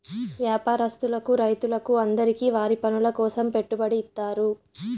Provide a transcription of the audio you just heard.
వ్యాపారస్తులకు రైతులకు అందరికీ వారి పనుల కోసం పెట్టుబడి ఇత్తారు